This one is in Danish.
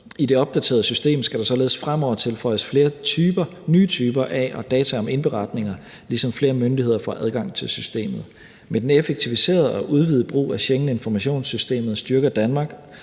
I det opdaterede system skal der således fremover tilføjes flere nye typer af data om indberetninger, ligesom flere myndigheder får adgang til systemet. Med den effektiviserede og udvidede brug af Schengeninformationssystemet styrker Danmark